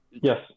Yes